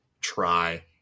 try